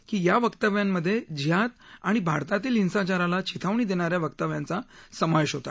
की या वक्तव्यांमधे जिहाद आणि भारतातील हिसांचारला चिथावणी देणा या वक्तव्यांच्या समावेश होता